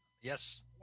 Yes